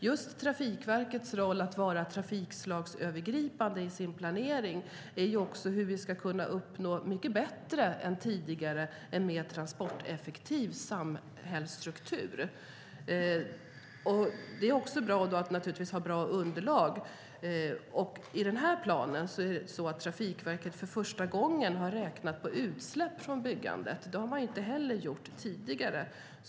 Just Trafikverkets roll att vara trafikslagsövergripande i sin planering är viktig för att vi ska kunna uppnå en mer transporteffektiv samhällsstruktur. Det är då också bra, naturligtvis, att ha bra underlag. I den här planen har Trafikverket för första gången räknat på utsläpp från byggandet. Det har man inte heller gjort tidigare.